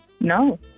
No